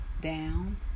down